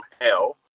hell